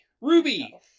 Ruby